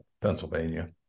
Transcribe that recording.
Pennsylvania